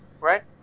right